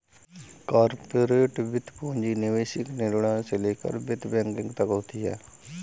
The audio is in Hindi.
कॉर्पोरेट वित्त पूंजी निवेश निर्णयों से लेकर निवेश बैंकिंग तक होती हैं